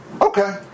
Okay